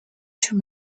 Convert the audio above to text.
too